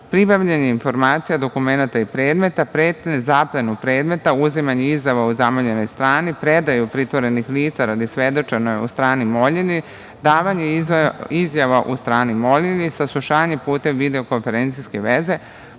pribavljanje informacija, dokumenata i predmeta, zaplenu predmeta, uzimanje izjava od zamoljene strane, predaju pritvorenih lica radi svedočenja strani molilji, davanje izjava strani molilji, saslušanje putem video-konferencijske veze,